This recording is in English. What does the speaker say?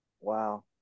Wow